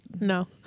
No